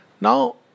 Now